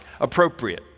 appropriate